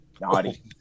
Naughty